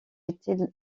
été